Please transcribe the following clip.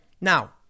Now